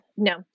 No